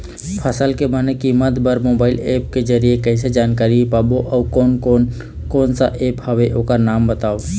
फसल के बने कीमत बर मोबाइल ऐप के जरिए कैसे जानकारी पाबो अउ कोन कौन कोन सा ऐप हवे ओकर नाम बताव?